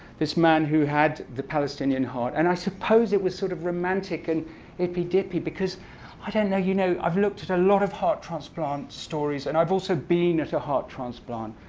this man who had the palestinian heart. and i suppose it was sort of romantic and hippy-dippy because i don't know you know i've looked at a lot of heart transplant stories. and i've also been at a heart transplant.